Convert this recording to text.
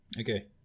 okay